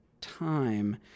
time